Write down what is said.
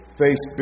face